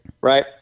right